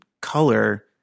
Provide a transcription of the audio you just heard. color